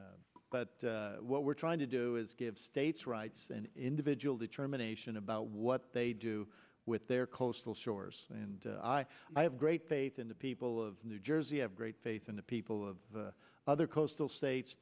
does but what we're trying to do is give states rights and individual determination about what they do with their coastal shores and i have great faith in the people of new jersey have great faith in the people of other coastal states